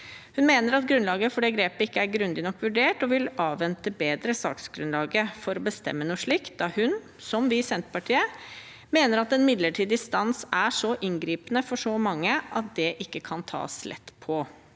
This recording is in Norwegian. Hun mener at grunnlaget for det grepet ikke er grundig nok vurdert, og vil avvente bedre saksgrunnlag for å bestemme noe slikt, da hun, som vi i Senterpartiet, mener at en midlertidig stans er så inngripende for så mange at det ikke kan tas lett på.